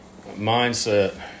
mindset